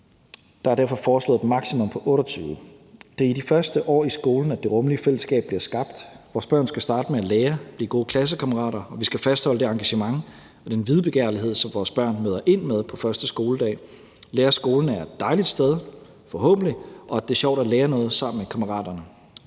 Der er derfor foreslået et maksimum på 28 elever. Det er i de første år i skolen, at det rummelige fællesskab bliver skabt. Vores børn skal starte med at lære, blive gode klassekammerater, og vi skal fastholde det engagement og den videbegærlighed, som vores børn møder ind med på første skoledag; de skal lære, at skolen er et dejligt sted, forhåbentlig, og at det er sjovt at lære noget sammen med kammeraterne.